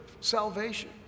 salvation